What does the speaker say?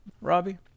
Robbie